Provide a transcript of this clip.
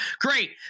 great